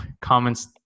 comments